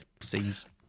seems